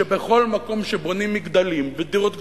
שבכל מקום שבונים מגדלים ודירות גדולות,